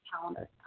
calendar